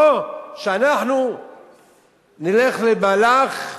או שאנחנו נלך למהלך אחר.